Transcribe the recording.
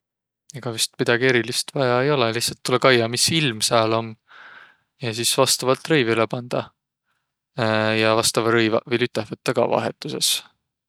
Ega vist midägi erilist vaia ei olõq, lihtsält tulõ kaiaq, mis ilm sääl om, ja sis vastavalt rõivilõ pandaq. Ja vastavaq rõivaq viil üteh võttaq ka vahetusõs